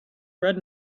bread